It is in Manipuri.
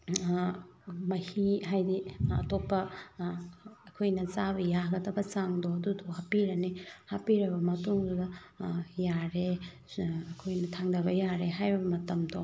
ꯃꯍꯤ ꯍꯥꯏꯗꯤ ꯑꯇꯣꯞꯄ ꯑꯩꯈꯣꯏꯅ ꯆꯥꯕ ꯌꯥꯒꯗꯕ ꯆꯥꯡꯗꯣ ꯑꯗꯨꯗꯣ ꯍꯥꯞꯄꯤꯔꯅꯤ ꯍꯥꯞꯄꯤꯔꯕ ꯃꯇꯨꯡꯗꯨꯗ ꯌꯥꯔꯦ ꯑꯩꯈꯣꯏꯅ ꯊꯥꯡꯗꯕ ꯌꯥꯔꯦ ꯍꯥꯏꯕ ꯃꯇꯝꯗꯣ